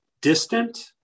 distant